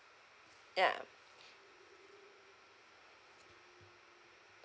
ya